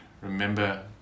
Remember